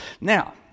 Now